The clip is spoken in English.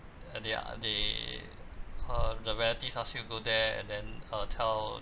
uh they uh they uh the relatives ask you go and there then uh tell